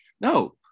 No